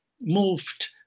moved